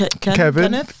Kevin